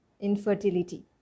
infertility